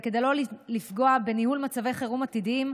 וכדי לא לפגוע בניהול מצבי חירום עתידיים,